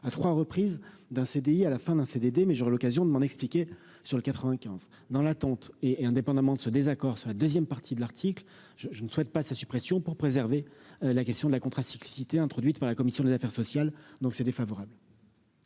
à 3 reprises d'un CDI à la fin d'un CDD, mais j'aurai l'occasion de m'en expliquer sur le 95 dans l'attente et et indépendamment de ce désaccord sur la 2ème partie de l'article je je ne souhaite pas sa suppression pour préserver la question de la contrat cyclicité introduite par la commission des affaires sociales, donc c'est défavorable.